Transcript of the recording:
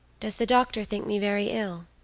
does the doctor think me very ill?